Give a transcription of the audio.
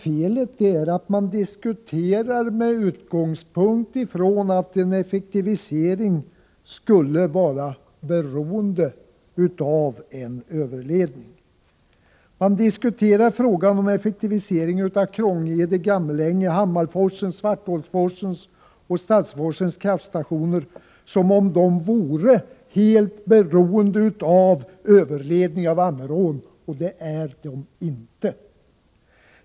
Felet ligger i att man diskuterar med utgångspunkt från att en effektivisering skulle vara beroende av en överledning. Man diskuterar frågan om effektivisering av kraftstationerna vid Krångede-Gammalänge, Hammarforsen, Svarthålsforsen och Stadsforsen som om dessa vore helt beroende av en överledning av Ammerån — det är de inte!